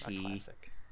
classic